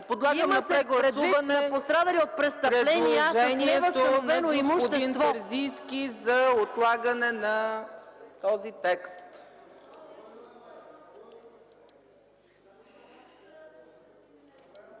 Има се предвид на пострадали от престъпления с невъзстановено имущество.